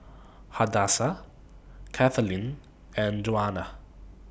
Hadassah Kathaleen and Djuana